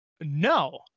No